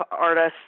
artists